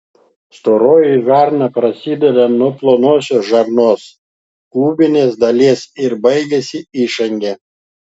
storoji žarna prasideda nuo plonosios žarnos klubinės dalies ir baigiasi išange